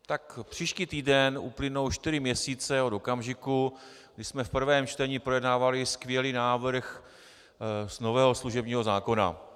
Tak příští týden uplynou čtyři měsíce od okamžiku, kdy jsme v prvém čtení projednávali skvělý návrh nového služebního zákona.